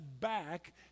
back